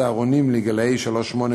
צהרונים לגילאי שלוש עד שמונה,